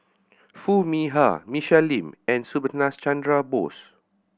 Foo Mee Har Michelle Lim and Subhas Chandra Bose